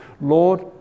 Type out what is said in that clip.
Lord